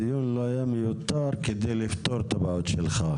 הדיון לא יהיה מיותר כדי לפתור את הבעיות שלך,